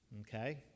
Okay